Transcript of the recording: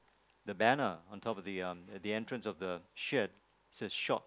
the banner on top of the um at the entrance of the shed it says shop